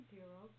Zero